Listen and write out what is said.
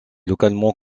localement